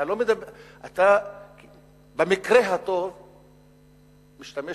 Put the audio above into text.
במקרה הטוב אתה משתמש